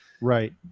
Right